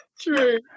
True